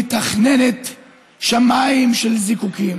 מתכננת שמיים של זיקוקים.